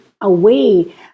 away